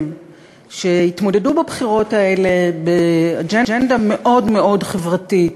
שהתמודדו בבחירות האלה באג'נדה מאוד מאוד חברתית,